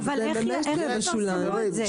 איך יפרסמו את זה?